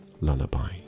lullaby